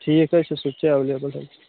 ٹھیٖک حظ چھُ سُہ تہِ چھُ ایٚویٚلیٚبٔل حظ